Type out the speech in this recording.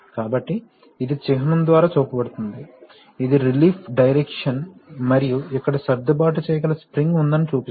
కాబట్టి ఇది చిహ్నం ద్వారా చూపబడుతుంది ఇది రిలీఫ్ డైరెక్షన్ మరియు ఇక్కడ సర్దుబాటు చేయగల స్ప్రింగ్ ఉందని చూపిస్తుంది